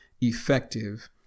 effective